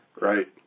Right